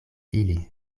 ili